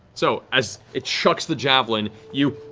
so as it chucks the javelin, you